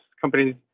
companies